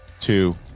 two